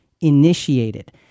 initiated